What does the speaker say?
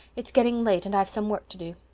it's getting late, and i've some work to do.